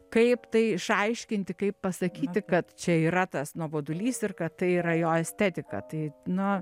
kaip tai išaiškinti kaip pasakyti kad čia yra tas nuobodulys ir kad tai yra jo estetika tai nu